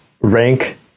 rank